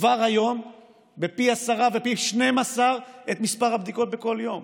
כבר היום פי 10 ופי 12 את מספר הבדיקות בכל יום,